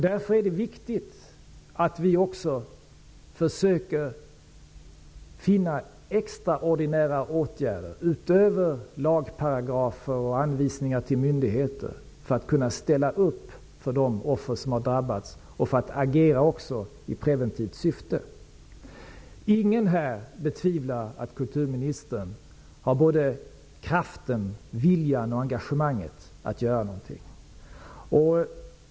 Därför är det viktigt att vi också försöker finna extraordinära åtgärder, utöver lagparagrafer och anvisningar till myndigheter, för att kunna ställa upp för de offer som har drabbats och för att agera också i preventivt syfte. Ingen här betvivlar att kulturministern har kraften, viljan och engagemanget att göra någonting.